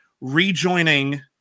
rejoining